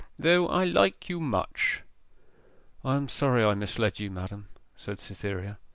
though i like you much i am sorry i misled you, madam said cytherea.